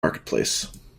marketplace